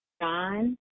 John